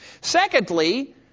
Secondly